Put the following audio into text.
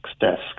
desk